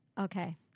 Okay